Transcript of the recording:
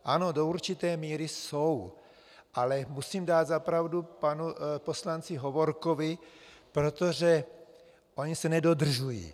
Ano, do určité míry jsou, ale musím dát za pravdu panu poslanci Hovorkovi, protože ona se nedodržují.